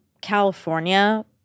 California